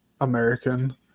American